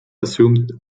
assumed